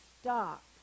stop